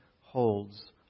holds